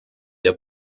der